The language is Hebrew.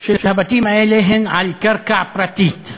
של הבתים האלה הם על קרקע פרטית,